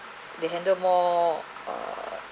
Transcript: they handle more err